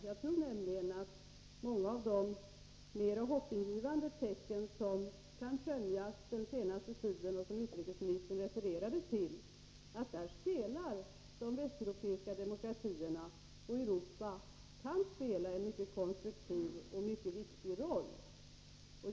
Jag tror nämligen att när det gäller många av de mer hoppingivande tecken som kunnat skönjas den senaste tiden och som utrikesministern refererade till kan de västeuropeiska demokratierna spela en konstruktiv och viktig roll.